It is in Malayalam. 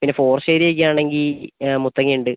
പിന്നെ ഫോറസ്റ്റ് ഏരിയ ഒക്കെ ആണെങ്കിൽ മുത്തങ്ങ ഉണ്ട്